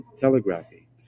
telegraphy